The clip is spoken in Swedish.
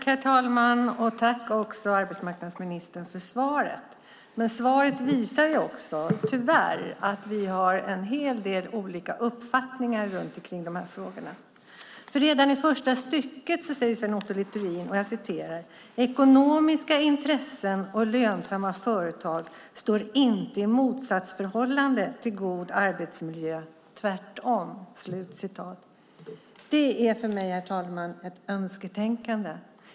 Herr talman! Tack för svaret, arbetsmarknadsministern! Svaret visar att vi har en hel del olika uppfattningar om de här frågorna. Redan i andra stycket säger Sven Otto Littorin att "ekonomiska intressen och lönsamma företag inte står i motsatsförhållande till god arbetsmiljö". Det är för mig, herr talman, ett önsketänkande.